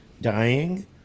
dying